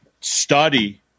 study